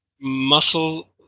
muscle